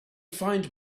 find